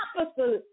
opposite